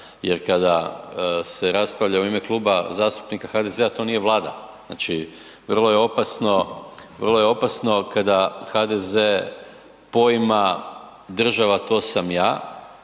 jer kada se raspravlja u ime Kluba zastupnika HDZ-a to nije Vlada. Znači vrlo je opasno, vrlo je opasno kada HDZ poima država to sam ja